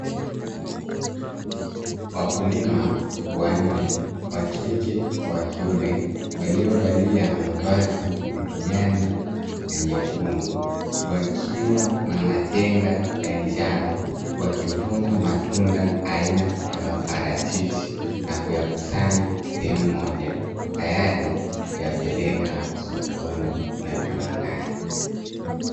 Wakulima wanne wa kike na wa kiume waliovalia mavazi kijani na nyekundu wakiwa na matenga ya njano wakivuna matunda aina ya maparachichi, na kuyakusanya sehemu moja tayari kuyapeleka sokoni na viwandani.